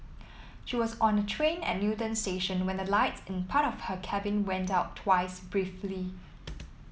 she was on a train at Newton station when the lights in part of her cabin went out twice briefly